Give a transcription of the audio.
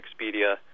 Expedia